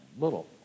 little